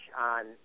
on